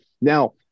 now